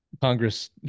Congress